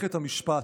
במערכת המשפט.